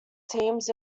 teams